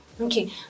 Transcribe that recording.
Okay